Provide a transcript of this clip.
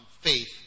faith